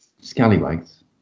Scallywags